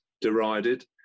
derided